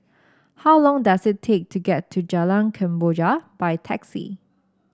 how long does it take to get to Jalan Kemboja by taxi